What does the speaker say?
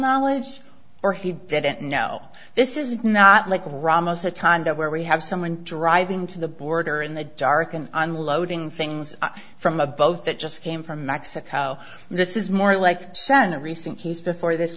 knowledge or he didn't know this is not like ramos a time where we have someone driving to the border in the dark and unloading things from a boat that just came from mexico and this is more like send a recent case before this